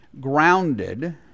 grounded